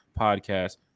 podcast